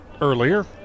earlier